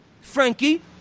Frankie